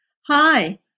Hi